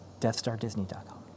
DeathstarDisney.com